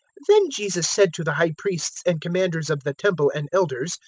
then jesus said to the high priests and commanders of the temple and elders,